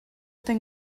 den